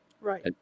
Right